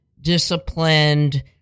disciplined